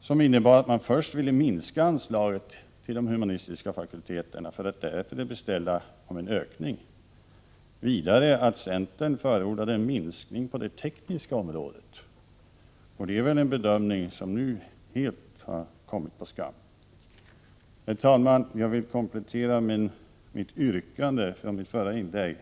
Först ville centern minska anslaget till de humanistiska fakulteterna, för att därefter beställa en ökning. Vidare hade centern förordat en minskning på det tekniska området. Det är väl en bedömning som nu helt har kommit på skam. Herr talman! Jag vill komplettera yrkandet från mitt förra inlägg.